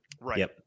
Right